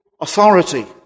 authority